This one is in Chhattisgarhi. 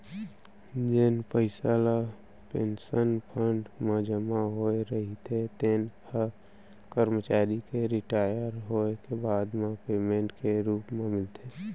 जेन पइसा ल पेंसन फंड म जमा होए रहिथे तेन ह करमचारी के रिटायर होए के बाद म पेंसन के रूप म मिलथे